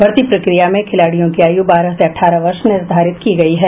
भर्ती प्रक्रिया में खिलाड़ियों की आयु बारह से अठारह वर्ष निर्धारित की गयी है